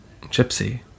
Gypsy